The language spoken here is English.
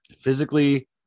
physically